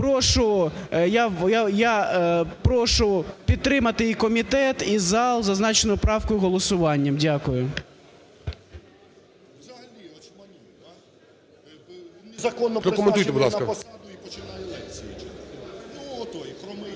я прошу підтримати і комітет, і зал зазначену правку голосуванням. Дякую.